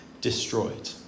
destroyed